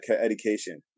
education